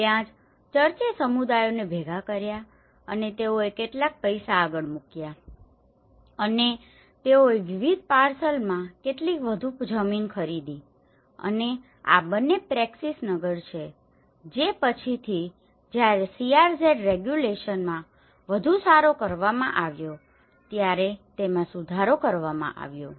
ત્યાં જ ચર્ચે સમુદાયોને ભેગા કર્યા છે અને તેઓએ કેટલાક પૈસા આગળ મૂક્યા છે અને તેઓએ વિવિધ પાર્સલમાં કેટલીક વધુ જમીન ખરીદી હતી અને આ બંને પ્રેકસીસ નગર છે જે પછીથી જ્યારે CRZ રેગ્યુલેશનમાં વધુ સુધારો કરવામાં આવ્યો ત્યારે તેમાં સુધારો કરવામાં આવ્યો હતો